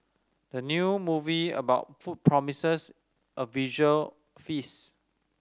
the new movie about food promises a visual feast